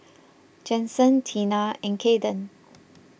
Jensen Teena and Caiden